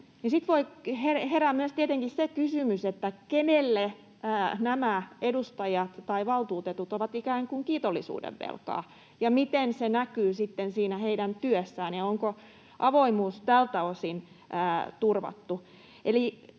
sitten voi herätä myös tietenkin se kysymys, että kenelle nämä edustajat tai valtuutetut ovat ikään kuin kiitollisuudenvelkaa ja miten se näkyy sitten siinä heidän työssään, ja onko avoimuus tältä osin turvattu.